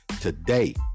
today